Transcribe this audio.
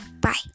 Bye